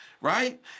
Right